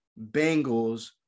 Bengals